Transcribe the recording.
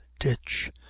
ditch